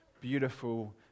beautiful